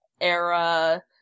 era